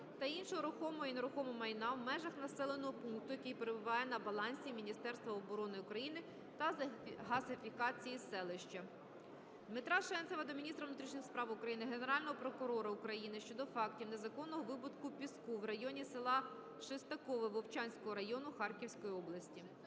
та іншого рухомого і нерухомого майна в межах населеного пункту, який перебуває на балансі Міністерства оборони України та газифікації селища. Дмитра Шенцева до міністра внутрішніх справ України, Генерального прокурора України щодо фактів незаконного видобутку піску в районі села Шестакове Вовчанського району Харківської області.